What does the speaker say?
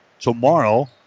tomorrow